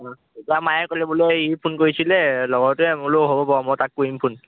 অঁ এতিয়া মায়ে ক'লে বোলে ই ফোন কৰিছিলে লগৰটোৱে মই বোলো হ'ব বাৰু মই তাক কৰিম ফোন